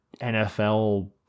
NFL